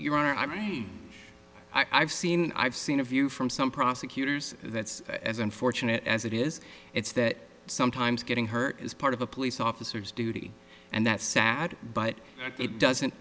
your i mean i've seen i've seen of you from some prosecutors that's as unfortunate as it is it's that sometimes getting hurt is part of a police officer's duty and that's sad but it doesn't